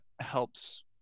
helps